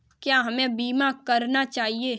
क्या हमें बीमा करना चाहिए?